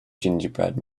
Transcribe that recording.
gingerbread